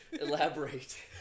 elaborate